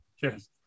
Cheers